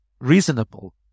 reasonable